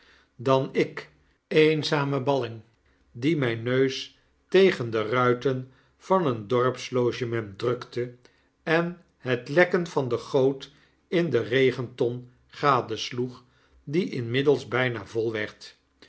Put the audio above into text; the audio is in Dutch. dan ik eenzame balling die mijn neus tegen de ruiten van een dorpslogement drukte en het lekken van de goot in de regenton gadesloeg die inmiddels byna vol werd